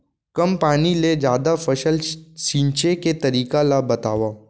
कम पानी ले जादा फसल सींचे के तरीका ला बतावव?